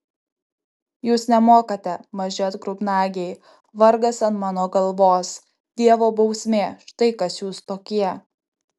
jūs nemokate maži atgrubnagiai vargas ant mano galvos dievo bausmė štai kas jūs tokie